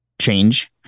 change